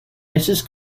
mrs